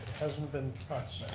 hasn't been touched.